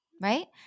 right